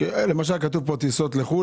כתוב פה: טיסות לחו"ל.